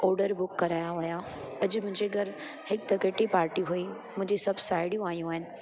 order book कराया हुआ अॼु मुंहिंजे घर हिक किटी पार्टी हुई मुंहिंजी सभु साहेड़ियूं आयूं आहिनि